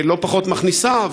לא פחות מכניסה,